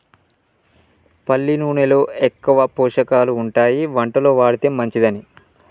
పల్లి నూనెలో ఎక్కువ పోషకాలు ఉంటాయి వంటలో వాడితే మంచిదని